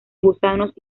gusanos